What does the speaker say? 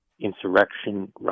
insurrection